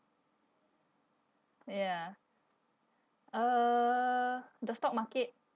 ya uh the stock market